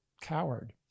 Coward